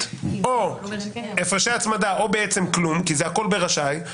או הפרשי הצמדה או כלום כי זה הכול ב-"רשאי".